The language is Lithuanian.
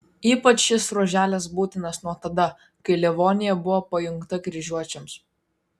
ypač šis ruoželis būtinas nuo tada kai livonija buvo pajungta kryžiuočiams